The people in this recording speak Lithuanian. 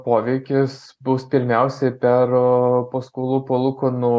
poveikis bus pirmiausia per paskolų palūkanų